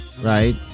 right